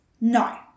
No